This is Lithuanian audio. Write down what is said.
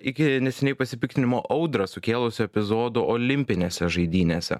iki neseniai pasipiktinimo audrą sukėlusio epizodo olimpinėse žaidynėse